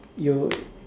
you